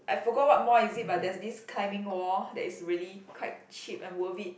I forgot what mall is it but there's this climbing wall that is really quite cheap and worth it